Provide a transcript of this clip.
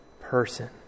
person